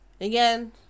again